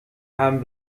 haben